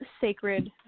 sacred